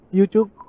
YouTube